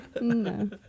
No